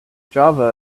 java